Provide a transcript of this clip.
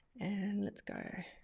and let's go.